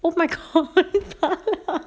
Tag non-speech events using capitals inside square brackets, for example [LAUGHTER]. oh my god [LAUGHS]